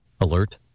alert